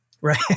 Right